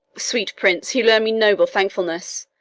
sweet prince, you learn me noble thankfulness.